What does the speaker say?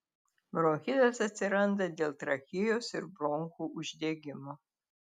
bronchitas atsiranda dėl trachėjos ir bronchų uždegimo